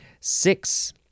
Six